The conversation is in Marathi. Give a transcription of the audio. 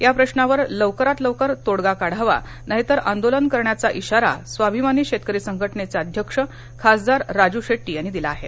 या प्रशावर लवकरात लवकर तोडगा काढावा नाहीतर आंदोलन करण्याचा इशारा स्वाभिमानी शेतकरी संघटनेचे अध्यक्ष खासदार राजू शेट्टी यांनी दिला आहे